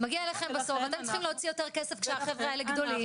ולכן אנחנו --- אתם צריכים להוציא יותר כסף כשהחבר'ה האלה גדולים,